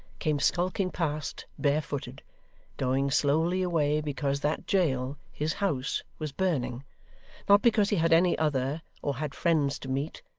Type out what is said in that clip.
came skulking past, barefooted going slowly away because that jail, his house, was burning not because he had any other, or had friends to meet,